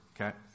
Okay